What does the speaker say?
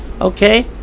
Okay